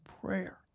prayer